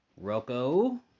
Rocco